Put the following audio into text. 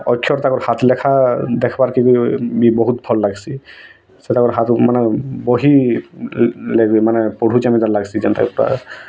ଅକ୍ଷର ତାଙ୍କର ହାତ୍ ଲେଖା ଦେଖବାର୍ କି ବି ବି ବହୁତ୍ ଭଲ ଲାଗ୍ସି ସେଇଟା ହାତ୍ ମାନେ ବହି ମାନେ ପଢ଼ୁଛେ ଯେମ୍ତା ଲାଗ୍ ଯେନ୍ଟା